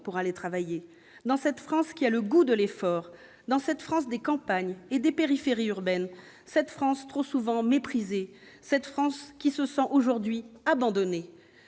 pour aller travailler, qui a le goût de l'effort, cette France des campagnes et des périphéries urbaines, cette France trop souvent méprisée et qui se sent aujourd'hui abandonnée.